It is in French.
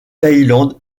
thaïlande